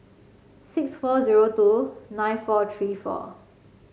six four zero two nine four three four